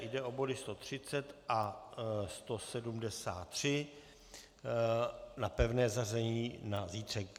Jde o body 130 a 173 na pevné zařazení na zítřek.